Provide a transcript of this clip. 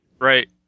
Right